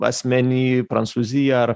asmeny prancūzija ar